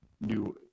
new